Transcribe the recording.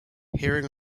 hearing